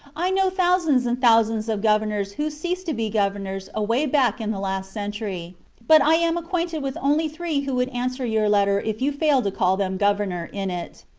i know thousands and thousands of governors who ceased to be governors away back in the last century but i am acquainted with only three who would answer your letter if you failed to call them governor in it.